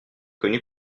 connu